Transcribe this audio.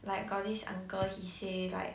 like got this uncle he say like